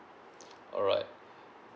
alright